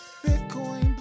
Bitcoin